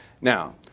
Now